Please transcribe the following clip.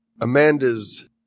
Amanda's